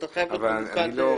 אבל אתה חייב להיות ממוקד בנושא.